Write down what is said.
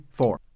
four